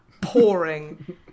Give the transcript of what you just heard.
pouring